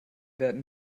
werden